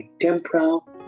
temporal